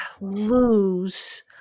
lose